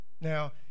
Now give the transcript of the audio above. Now